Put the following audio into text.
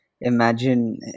imagine